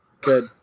Good